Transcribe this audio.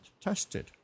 tested